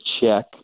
check